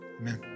amen